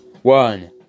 One